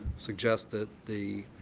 suggest that the